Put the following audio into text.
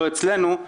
לא אצלנו,